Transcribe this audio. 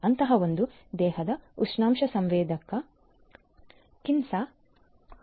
ಅಂತಹ ಒಂದು ದೇಹದ ಉಷ್ಣಾಂಶ ಸಂವೇದಕ ಕಿನ್ಸಾ ಅವರಿಂದ